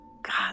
God